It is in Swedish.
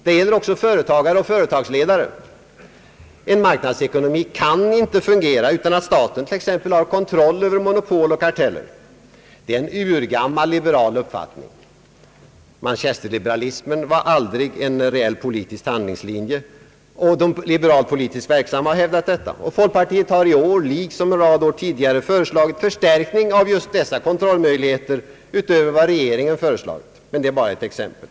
Det gäller också företagare och företagsledare. En marknadsekonomi kan inte fungera utan att staten t.ex. har kontroll över monopol och karteller; det är en urgammal liberal uppfattning. Manchesterliberalismen var aldrig en reell politisk handlingslinje. De liberalt politiskt verksamma har också hävdat detta. Folkpartiet har i år liksom en rad tidigare år företagit stärkning av dessa kontrollmöjligheter, utöver vad regeringen föreslagit. Men det är bara ett exempel.